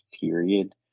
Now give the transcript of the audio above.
period